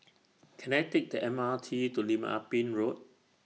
Can I Take The M R T to Lim Ah Pin Road